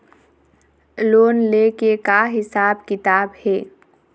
Loan ले के का हिसाब किताब हे?